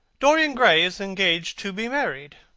dorian gray is engaged to be married,